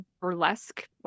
burlesque